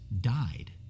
died